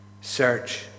search